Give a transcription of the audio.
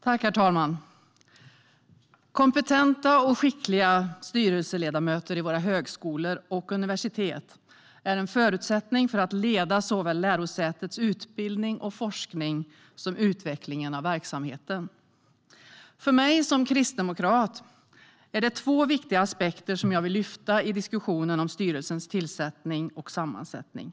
Herr talman! Kompetenta och skickliga styrelseledamöter i våra högskolor och universitet är en förutsättning för en kompetent ledning av såväl lärosätets utbildning och forskning som utvecklingen av verksamheten. För mig som kristdemokrat finns det två viktiga aspekter som jag vill lyfta fram i diskussionen om styrelsernas tillsättning och sammansättning.